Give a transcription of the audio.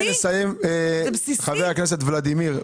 חבר הכנסת ולדימיר.